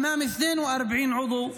אחים ואחיות בני החברה הערבית שלנו,